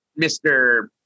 Mr